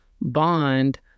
bond